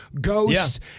ghosts